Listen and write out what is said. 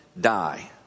die